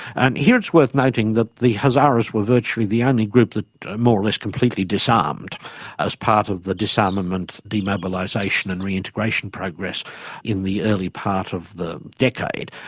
and here it's worth noting that the hazaras were virtually the only group that more or less completely disarmed as part of the disarmament, demobilisation and reintegration progress in the early part of the decade.